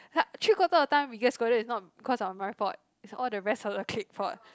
like three quarter of the time we got scolded is not because of my fault it's all the rest of the clique fault